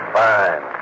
fine